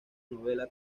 novela